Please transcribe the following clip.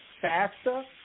faster